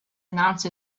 announce